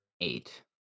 eight